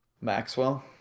Maxwell